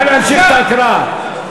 נא להמשיך את ההקראה.